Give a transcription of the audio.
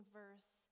verse